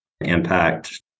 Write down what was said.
impact